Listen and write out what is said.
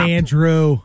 Andrew